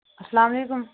اَسلامُ علیکُم